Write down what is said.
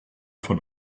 von